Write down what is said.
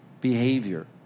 behavior